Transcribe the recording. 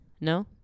no